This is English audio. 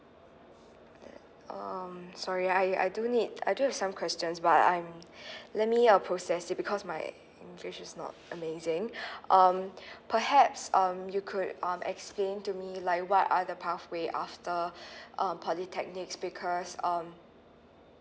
um sorry I I do need I do have some questions but I'm let me uh process it because my english is not amazing um perhaps um you could um explain to me like what are the pathway after um polytechnics because um